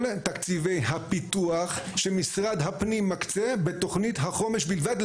כל תקציבי הפיתוח שמשרד הפנים מקצה בתכנית החומש בלבד,